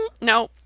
No